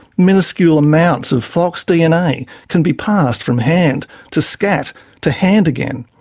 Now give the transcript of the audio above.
miniscule amounts of fox dna can be passed from hand to scat to hand again.